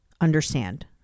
understand